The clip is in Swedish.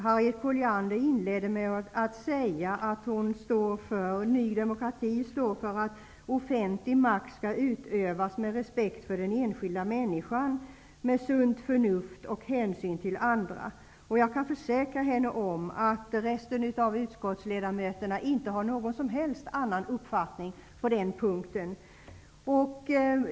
Harriet Colliander inledde med att säga att Ny dekomkrati står för att offentlig makt skall utövas med respekt för den enskilda människan, med sunt förnuft och hänsyn till andra. Jag kan försäkra Harriet Colliander att resten av utskottsledamöterna inte har någon som helst annan uppfattning på den punkten.